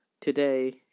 today